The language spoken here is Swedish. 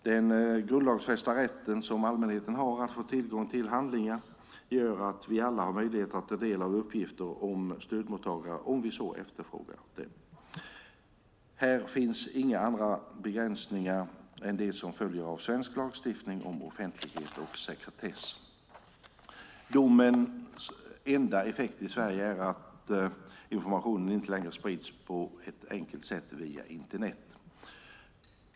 Den grundlagsfästa rätten som allmänheten har att få tillgång till handlingar gör att vi alla har möjlighet att ta del av uppgifter om stödmottagare om vi efterfrågar dem. Här finns inga andra begränsningar än de som följer av svensk lagstiftning om offentlighet och sekretess. Domens enda effekt i Sverige är att informationen inte längre sprids på ett enkelt sätt via Internet.